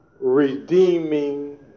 Redeeming